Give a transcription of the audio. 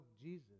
Jesus